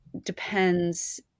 depends